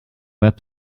web